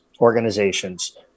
organizations